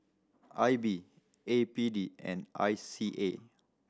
I B A P D and I C A